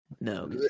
no